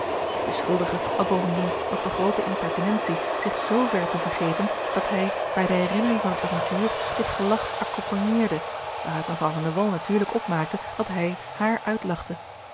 de schuldige had bovendien nog de groote impertinentie zich zver te vergeten dat hij bij de herinnering van het avontuur dit gelach accompagneerde waaruit mevrouw van de wall natuurlijk opmaakte dat hij haar uitlachte